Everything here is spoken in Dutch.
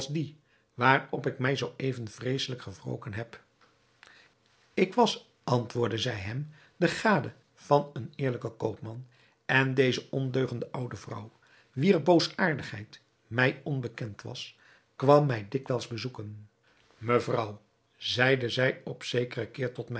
waarop ik mij zoo even vreeselijk gewroken heb ik was antwoordde zij hem de gade van een eerlijken koopman en deze ondeugende oude vrouw wier boosaardigheid mij onbekend was kwam mij dikwijls bezoeken mevrouw zeide zij op zekeren keer tot